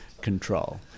control